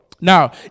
Now